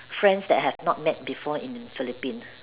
friends that I have not met before in Philippines